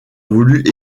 voulu